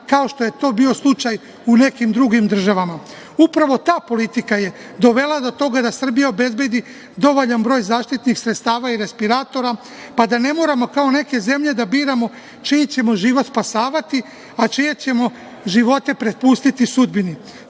kao što je to bio slučaj u nekim drugim državama. Upravo ta politika je dovela do toga da Srbija obezbedi dovoljan broj zaštitnih sredstava i respiratora, pa da ne moramo, kao neke zemlje, da biramo čiji ćemo život spasavati, a čije ćemo živote prepustiti sudbini.